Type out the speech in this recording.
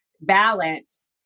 balance